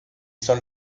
son